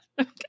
okay